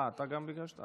לא, אתה גם ביקשת?